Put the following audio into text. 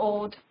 Old